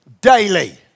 daily